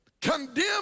condemn